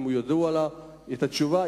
אם ידועה לו התשובה.